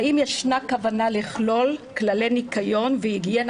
האם ישנה כוונה לכלול כללי נקיון והגיינה